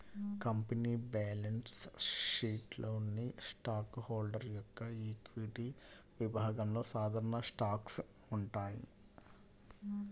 company balance షీట్లోని stock holder యొక్క equity విభాగంలో సాధారణ స్టాక్స్ ఉంటాయి